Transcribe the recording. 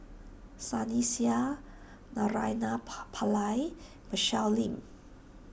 Sunny Sia Naraina Pa Pallai and Michelle Lim